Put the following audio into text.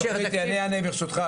אענה ברשותך.